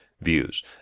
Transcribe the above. views